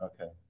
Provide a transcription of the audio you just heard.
Okay